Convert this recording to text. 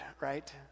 right